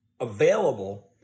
available